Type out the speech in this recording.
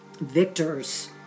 victors